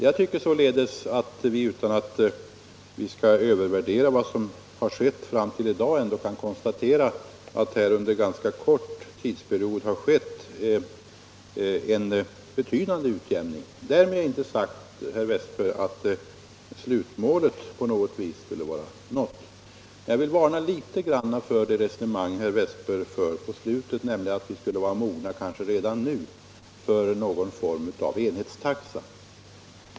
Jag menar således att vi utan att övervärdera vad som hänt fram till i dag ändå kan konstatera att här under ganska kort tidsperiod har skett en betydande utjämning. Därmed är inte sagt, herr Westberg, att slutmålet på något vis skulle vara nått. Jag vill varna litet grand för det resonemang som herr Westberg förde i slutet av sitt anförande, nämligen att vi kanske redan nu skulle vara mogna för någon form av enhetstaxa.